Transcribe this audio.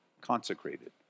consecrated